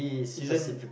isn't